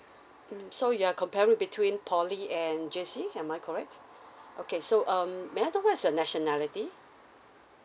mm so you're comparing between poly and J_C am I correct okay so um may I know what's your nationality